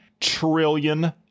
trillion